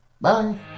Bye